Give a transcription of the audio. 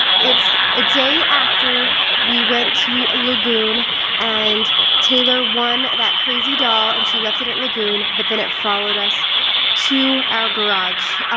it's a day after we went to lagoon and taylor won that crazy doll and she left it at lagoon but then it followed us to our garage.